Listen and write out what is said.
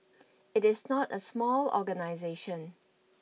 it is not a small organisation